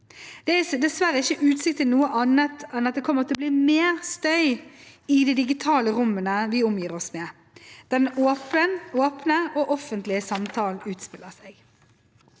Det er dessverre ikke utsikt til noe annet enn at det kommer til å bli mer støy i de digitale rommene vi omgir oss med, der den åpne og offentlige samtalen utspiller seg.